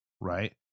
right